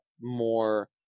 more